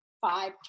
five